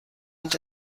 und